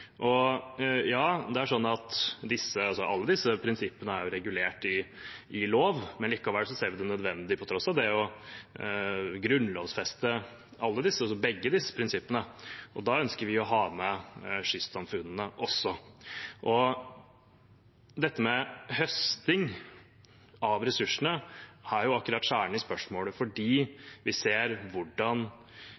er sånn at alle disse prinsippene er regulert i lov, men likevel ser vi det som nødvendig, på tross av det, å grunnlovfeste begge disse prinsippene. Da ønsker vi å ha med kystsamfunnene også. Høsting av ressursene er kjernen i spørsmålet fordi